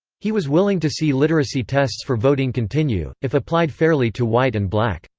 he was willing to see literacy tests for voting continue, if applied fairly to white and black.